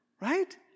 right